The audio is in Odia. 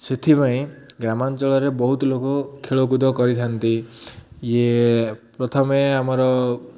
ସେଥିପାଇଁ ଗ୍ରାମାଞ୍ଚଳରେ ବହୁତ ଲୋକ ଖେଳକୁଦ କରିଥାନ୍ତି ଇଏ ପ୍ରଥମେ ଆମର